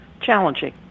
challenging